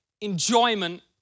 enjoyment